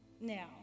now